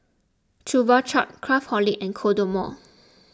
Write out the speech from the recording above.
Chupa Chups Craftholic and Kodomo